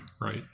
right